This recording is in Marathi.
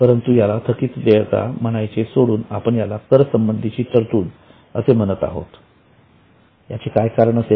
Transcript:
परंतु याला थकीत देयता म्हणायचे सोडून आपण याला कर संबंधीची तरतूद असे म्हणत आहोत याचे काय कारण असेल